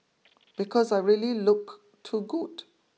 because I really look too good